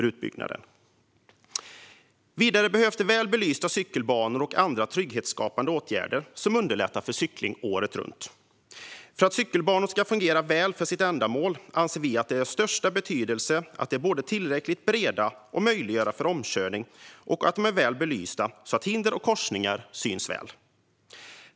Vidare behövs det väl belysta cykelbanor och andra trygghetsskapande åtgärder som underlättar för cykling året runt. För att cykelbanor ska fungera väl för sitt ändamål anser vi att det är av största betydelse att de är både tillräckligt breda för att möjliggöra omkörning och väl belysta så att hinder och korsningar syns väl.